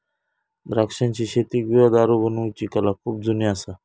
द्राक्षाची शेती किंवा दारू बनवुची कला खुप जुनी असा